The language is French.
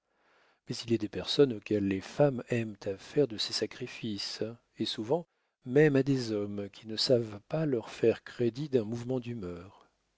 mais il est des personnes auxquelles les femmes aiment à faire de ces sacrifices et souvent même à des hommes qui ne savent pas leur faire crédit d'un mouvement d'humeur